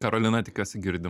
karolina tikiuosi girdi